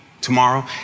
tomorrow